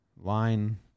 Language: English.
line